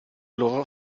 loro